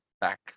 back